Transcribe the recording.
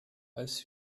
als